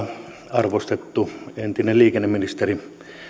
arvostettu entinen liikenneministeri